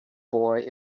boy